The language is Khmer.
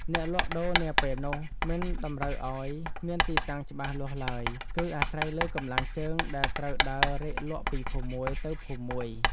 ការលក់ដូរនាពេលនោះមិនតម្រូវឱ្យមានទីតាំងច្បាស់លាស់ឡើយ គឺអាស្រ័យលើកម្លាំងជើងដែលត្រូវដើររែកលក់ពីភូមិមួយទៅភូមិមួយ។